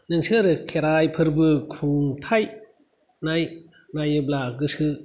नोंसोरो खेराय फोरबो खुंथाय नायोब्ला गोसो